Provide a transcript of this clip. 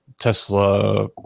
Tesla